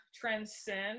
Transcend